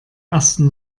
ersten